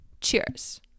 cheers